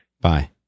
Bye